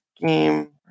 game